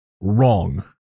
wrong